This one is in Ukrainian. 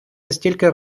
настільки